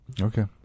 Okay